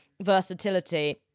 versatility